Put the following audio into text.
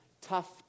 tough